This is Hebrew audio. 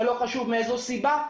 ולא חשוב מאיזו סיבה?